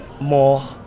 more